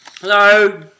Hello